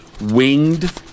winged